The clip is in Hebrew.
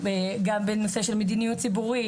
גם בנושא של מדיניות ציבורית,